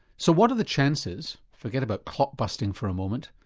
so what are the chances, forget about clot busting for a moment,